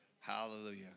Hallelujah